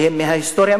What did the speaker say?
שהן מההיסטוריה,